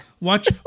watch